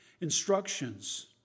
instructions